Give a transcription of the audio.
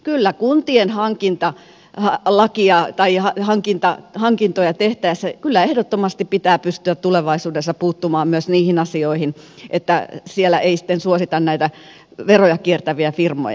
kyllä kuntien hankinta ja wallacia lajin hankinta hankintoja tehtäessä ehdottomasti pitää pystyä tulevaisuudessa puuttumaan myös niihin asioihin että siellä ei sitten suosita näitä veroja kiertäviä firmoja